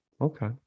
Okay